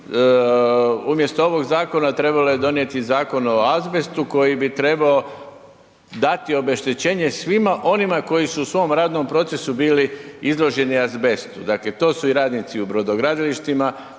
Međutim, umjesto ovog zakona, trebalo je donijeti zakon o azbestu koji bi trebao dati obeštećenje svima onima koji su u svom radnom procesu bili izloženi azbestu, dakle to su i radnici u brodogradilištima,